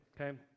okay